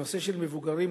המבוגרים,